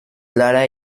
lara